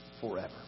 forever